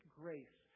grace